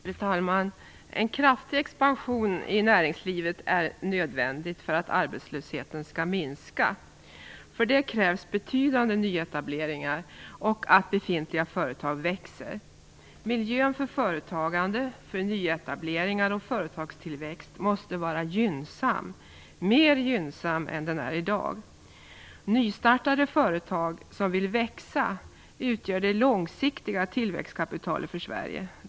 Fru talman! En kraftig expansion i näringslivet är nödvändig för att arbetslösheten skall minska. För detta krävs betydande nyetableringar och att befintliga företag växer. Miljön för företagande, för nyetableringar och för företagstillväxt måste vara gynnsam, mera gynnsam än den är i dag. Nystartade företag som vill växa utgör det långsiktiga tillväxtkapitalet för Sverige.